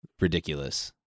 ridiculous